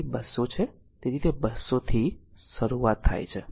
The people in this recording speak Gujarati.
તેથી તે 200 છે તેથી તે 200 થી શરૂ થાય છે